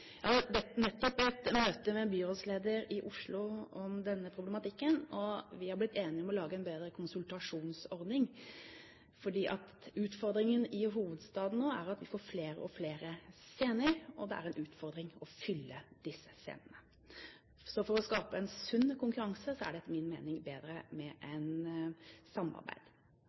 Jeg hadde nettopp et møte med byrådslederen i Oslo om denne problematikken, og vi er blitt enige om å lage en bedre konsultasjonsordning. Utfordringen i hovedstaden nå er at man får flere og flere scener, og det er en utfordring å fylle disse. For å skape en sunn konkurranse er det etter min mening bedre med et samarbeid.